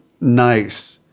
nice